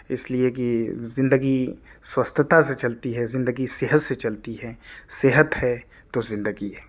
اس لیے کہ زندگی سوستھتا سے چلتی ہے زندگی صحت سے چلتی ہے صحت ہے تو زندگی ہے